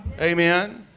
Amen